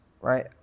right